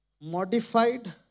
modified